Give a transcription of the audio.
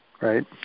right